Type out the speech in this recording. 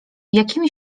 jakimi